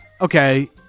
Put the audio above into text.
Okay